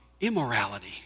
immorality